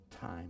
time